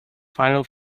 final